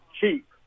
cheap